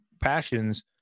passions